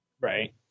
Right